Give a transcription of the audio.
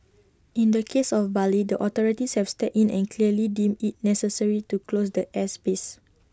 in the case of Bali the authorities have stepped in and clearly deemed IT necessary to close the airspace